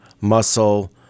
muscle